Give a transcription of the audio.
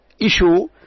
issue